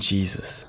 Jesus